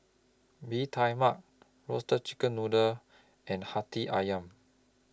Bee Tai Mak Roasted Chicken Noodle and Hati Ayam